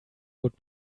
would